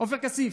עופר כסיף.